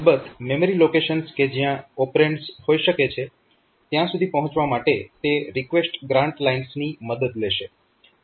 અલબત્ત memory locations કે જ્યાં ઓપરેન્ડ્સ હોઈ શકે છે ત્યાં સુધી પહોંચવા માટે તે રિકવેસ્ટ ગ્રાન્ટ લાઇન્સની મદદ લેશે